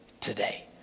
today